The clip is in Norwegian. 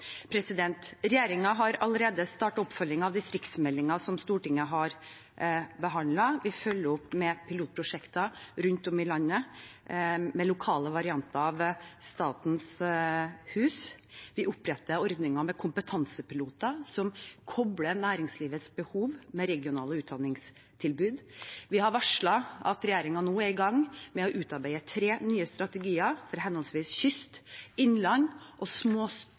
har allerede startet oppfølging av distriktsmeldingen som Stortinget har behandlet. Vi følger opp med pilotprosjekter rundt om i landet med lokale varianter av Statens hus. Vi oppretter ordninger med kompetansepiloter, som kobler næringslivets behov med regionale utdanningstilbud. Vi har varslet at regjeringen nå er i gang med å utarbeide tre nye strategier for henholdsvis kyst, innland og